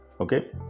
okay